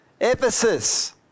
Ephesus